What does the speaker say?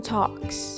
Talks